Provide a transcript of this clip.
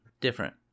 different